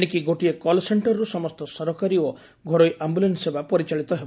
ଏଶିକି ଗୋଟିଏ କଲ୍ ସେକ୍କରର୍ର ସମସ୍ତ ସରକାରୀ ଓ ଘରୋଇ ଆମ୍ବଲାନୁ ସେବା ପରିଚାଳିତ ହେବ